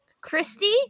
Christy